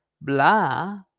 Blah